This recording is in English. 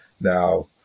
Now